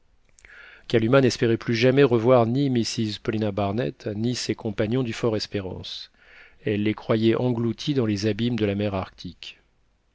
kalumah n'espérait plus jamais revoir ni mrs paulina barnett ni ses compagnons du fort espérance elle les croyait engloutis dans les abîmes de la mer arctique